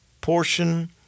portion